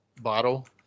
bottle